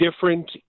different